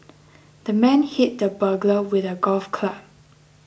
the man hit the burglar with a golf club